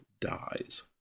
dies